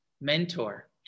mentor